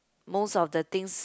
most of the things